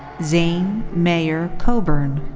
zane mayer coburn.